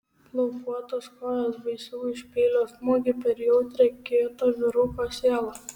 plaukuotos kojos baisiau už peilio smūgį per jautrią kieto vyruko sielą